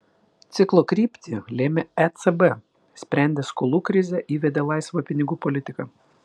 ciklo kryptį lėmė ecb sprendė skolų krizę įvedė laisvą pinigų politiką